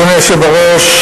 אדוני היושב בראש,